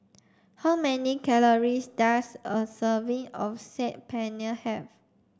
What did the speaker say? how many calories does a serving of Saag Paneer have